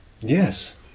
yes